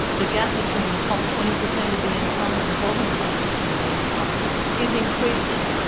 the gap between the top twenty per cent of the income and the bottom twenty per cent of the income is increasing,